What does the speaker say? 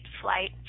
flight